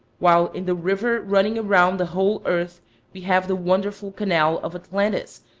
while in the river running around the whole earth we have the wonderful canal of atlantis,